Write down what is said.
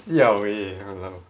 siao eh !walao!